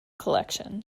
collection